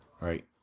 right